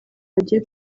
bagiye